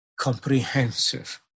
comprehensive